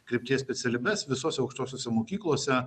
krypties specialybes visose aukštosiose mokyklose